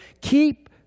keep